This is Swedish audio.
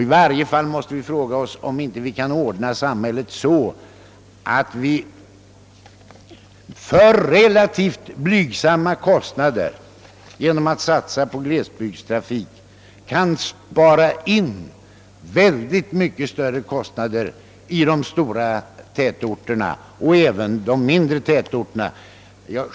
I varje fall måste vi fråga oss om vi inte genom att satsa på glesbygdstrafik kan ordna samhället så att vi för relativt blygsamma kostnader kan spara in mycket större kostnader i de stora och även de mindre tätorterna.